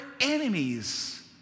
enemies